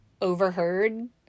overheard